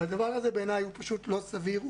הדבר הזה בעיניי פשוט לא סביר,